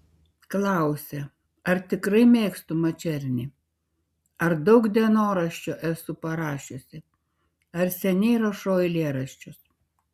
klausia ar tikrai mėgstu mačernį ar daug dienoraščio esu parašiusi ar seniai rašau eilėraščius